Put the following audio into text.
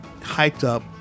hyped-up